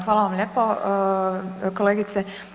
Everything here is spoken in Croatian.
Hvala vam lijepo kolegice.